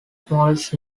smallest